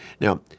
Now